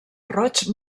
roig